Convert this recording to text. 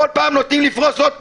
כל פעם נותנים לפרוס עוד פרוסה,